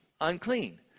unclean